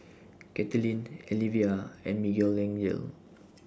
Kathlene Alivia and Miguelangel